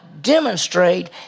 demonstrate